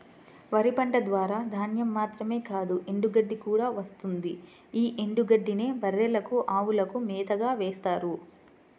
వరి పంట ద్వారా ధాన్యం మాత్రమే కాదు ఎండుగడ్డి కూడా వస్తుంది యీ ఎండుగడ్డినే బర్రెలకు, అవులకు మేతగా వేత్తారు